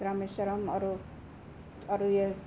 रामेश्वरम् अरू अरू यो